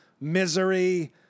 Misery